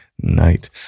night